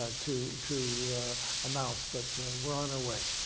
ah to to a mouse. but we're on our way.